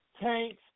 tanks